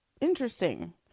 Interesting